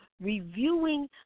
reviewing